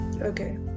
okay